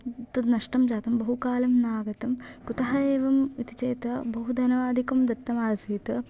तत् नष्टं जातं बहुकालं न आगतं कुतः एवं इति चेत् बहुधनादिकं दत्तमासीत्